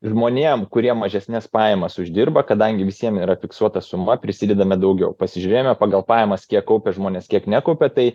žmonėm kurie mažesnes pajamas uždirba kadangi visiem yra fiksuota suma prisidedame daugiau pasižiūrėjome pagal pajamas kiek kaupia žmonės kiek nekaupia tai